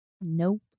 Nope